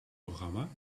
programma